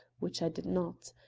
which i did not.